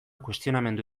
kuestionamendu